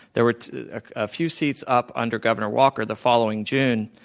there was a few seats up under governor walker the following june,